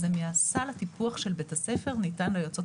מסל הטיפוח של בית הספר ניתן ליועצות